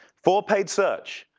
four page search.